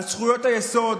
על זכויות היסוד,